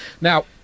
Now